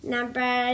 Number